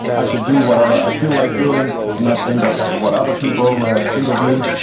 i should do whatever i feel like doing and not think of what other people think of me.